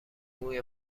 موی